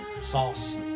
sauce